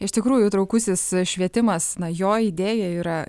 iš tikrųjų įtraukusis švietimas na jo idėja yra